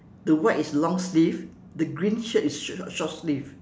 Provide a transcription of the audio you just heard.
the white is long sleeve the green shirt is sh~ short sleeve